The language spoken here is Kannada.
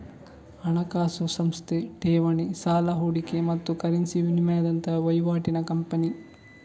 ಹಣಕಾಸು ಸಂಸ್ಥೆ ಠೇವಣಿ, ಸಾಲ, ಹೂಡಿಕೆ ಮತ್ತು ಕರೆನ್ಸಿ ವಿನಿಮಯದಂತಹ ವೈವಾಟಿನ ಕಂಪನಿ